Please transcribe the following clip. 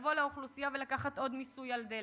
לבוא לאוכלוסייה ולקחת עוד מס על דלק.